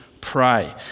pray